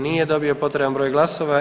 Nije dobio potreban broj glasova.